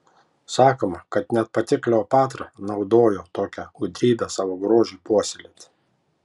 sakoma kad net pati kleopatra naudojo tokią gudrybę savo grožiui puoselėti